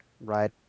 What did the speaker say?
Right